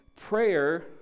prayer